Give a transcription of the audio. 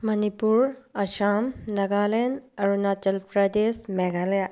Manipur Assam Nagaland Arunachal Pradesh Meghalaya